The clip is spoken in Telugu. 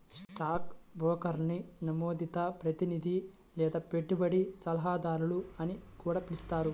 స్టాక్ బ్రోకర్ని నమోదిత ప్రతినిధి లేదా పెట్టుబడి సలహాదారు అని కూడా పిలుస్తారు